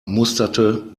musterte